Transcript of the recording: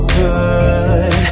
good